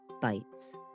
bites